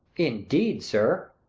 indeed, sir!